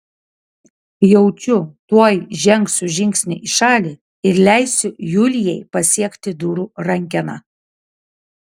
jaučiu tuoj žengsiu žingsnį į šalį ir leisiu julijai pasiekti durų rankeną